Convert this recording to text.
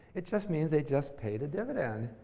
it just means they just paid a dividend.